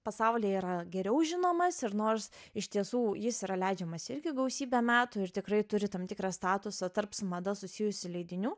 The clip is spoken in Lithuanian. pasaulyje yra geriau žinomas ir nors iš tiesų jis yra leidžiamas irgi gausybę metų ir tikrai turi tam tikrą statusą tarp su mada susijusių leidinių